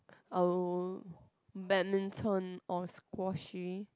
I will badminton or squash